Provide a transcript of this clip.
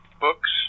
books